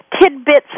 tidbits